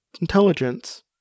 intelligence